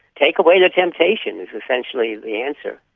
take away the temptation is essentially the answer.